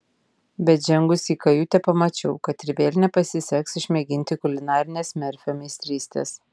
bet žengusi į kajutę pamačiau kad ir vėl nepasiseks išmėginti kulinarinės merfio meistrystės